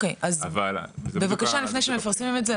אז בבקשה לפני שמפרסמים את זה,